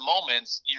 moments